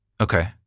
Okay